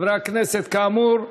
חברי הכנסת, כאמור,